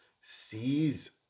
sees